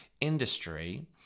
industry